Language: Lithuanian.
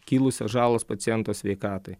kilusias žalas paciento sveikatai